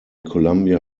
columbia